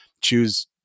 choose